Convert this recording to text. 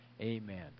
Amen